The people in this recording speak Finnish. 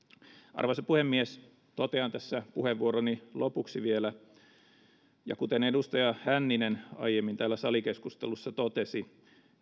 arvoisa puhemies totean tässä puheenvuoroni lopuksi vielä ja kuten edustaja hänninen aiemmin täällä salikeskustelussa totesi